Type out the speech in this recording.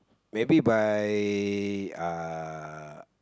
maybe by uh